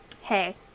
Hey